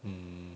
mm